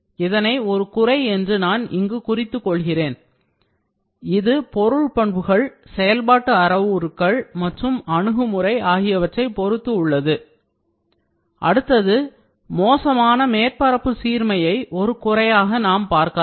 இதனை ஒரு குறை என்று நான் இங்கு குறித்துக் கொள்கிறேன் இது பொருள் பண்புகள் செயல்பாட்டு அளவுருக்கள் மற்றும் அணுகுமுறை ஆகியவற்றைப் பொறுத்து உள்ளது அடுத்தது மோசமான மேற்பரப்பு சீர்மையை ஒரு குறையாக நாம் பார்க்கலாம்